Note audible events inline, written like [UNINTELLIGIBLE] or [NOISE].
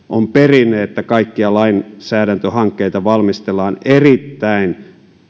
[UNINTELLIGIBLE] on perinne että kaikkia lainsäädäntöhankkeita valmistellaan erittäin